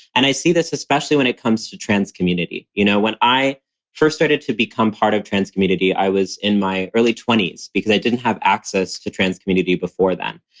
and i see this especially when it comes to trans community. you know, when i first started to become part of trans community, i was in my early twenty s because i didn't have access to trans community before them.